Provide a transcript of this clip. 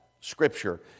scripture